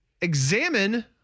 examine